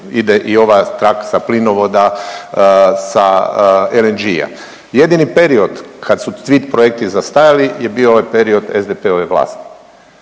ide i ova trasa plinovoda sa LNG-a. Jedini period kad su svi projekti zastajali je bio ovaj period SDP-ove vlasti